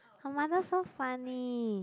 her mother so funny